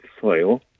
soil